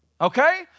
Okay